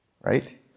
right